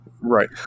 Right